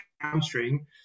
hamstring